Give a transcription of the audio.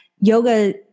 yoga